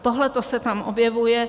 Tohleto se tam objevuje.